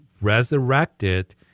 resurrected